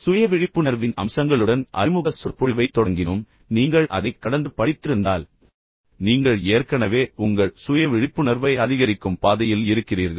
சுய விழிப்புணர்வின் அம்சங்களுடன் அறிமுக சொற்பொழிவைத் தொடங்கினோம் பின்னர் நீங்கள் அதைக் கடந்து படித்திருந்தால் நீங்கள் ஏற்கனவே உங்கள் சுய விழிப்புணர்வை அதிகரிக்கும் பாதையில் இருக்கிறீர்கள்